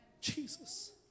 Jesus